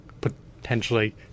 potentially